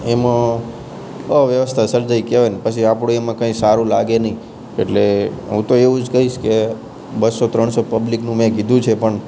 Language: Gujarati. એમાં અવ્યવસ્થા સર્જાઇ કહેવાય ને પછી આપણે એમાં કંઇ સારું લાગે નહીં એટલે હું તો એવું જ કહીશ કે બસો ત્રણસો પબ્લિકનું મેં કીધું છે પણ